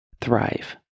thrive